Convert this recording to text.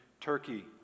Turkey